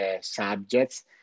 subjects